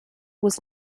was